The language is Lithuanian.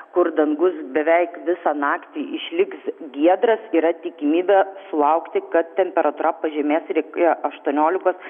kur dangus beveik visą naktį išliks giedras yra tikimybė sulaukti kad temperatūra pažemės ir iki aštuoniolikos